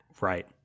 right